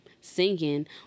singing